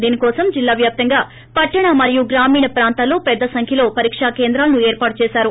దీని హోసం జిల్లా వ్యాప్తంగా పట్టణ మరియు గ్రామీణ ప్రాంతాల్లో పెద్ద సంఖ్యలో పరీకా కేంద్రాలను ఏర్పాటు చేశారు